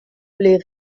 les